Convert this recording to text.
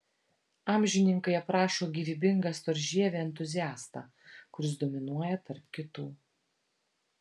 amžininkai aprašo gyvybingą storžievį entuziastą kuris dominuoja tarp kitų